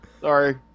Sorry